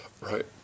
Right